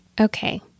Okay